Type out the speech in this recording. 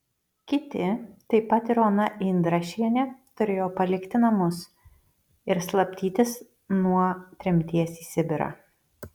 kiti taip pat ir ona indrašienė turėjo palikti namus ir slapstytis nuo tremties į sibirą